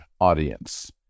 audience